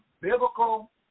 biblical